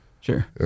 Sure